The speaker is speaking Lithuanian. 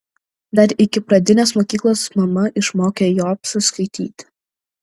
dar iki pradinės mokyklos mama išmokė jobsą skaityti